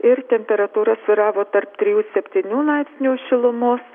ir temperatūra svyravo tarp trijų septynių laipsnių šilumos